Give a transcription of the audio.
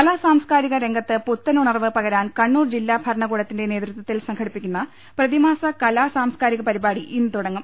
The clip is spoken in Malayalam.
കലാ സാംസ്ക്കാരിക രംഗത്ത് പുത്തനുണർവ് പകരാൻ കണ്ണൂർ ജില്ലാ ഭരണകൂടത്തിന്റെ നേതൃത്വത്തിൽ സംഘടിപ്പിക്കുന്ന പ്രതിമാസ കലാ സാംസ്ക്കാരിക പരിപാടി ഇന്ന് തുടങ്ങും